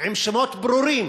עם שמות ברורים